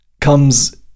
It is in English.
comes